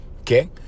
okay